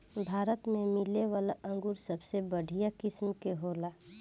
भारत में मिलेवाला अंगूर सबसे बढ़िया किस्म के होला